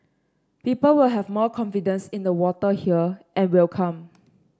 people will have more confidence in the water here and will come